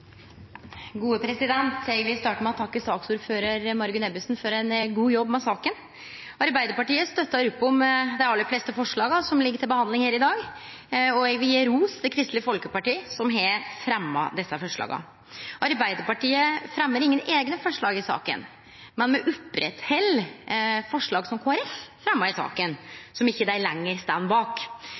Eg vil starte med å takke saksordførar Margunn Ebbesen for ein god jobb med saka. Arbeidarpartiet støttar opp om dei aller fleste forslaga som ligg til behandling i dag. Eg vil gje ros til Kristeleg Folkeparti som har fremja desse forslaga. Arbeidarpartiet fremjar ingen eigne forslag i saka, men me opprettheld forslaga som Kristeleg Folkeparti fremja, og som dei ikkje lenger står bak,